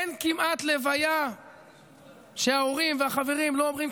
אין כמעט לוויה שההורים והחברים לא אומרים,